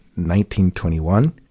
1921